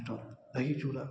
दही चूड़ा